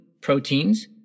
proteins